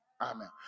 Amen